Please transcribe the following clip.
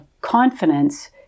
confidence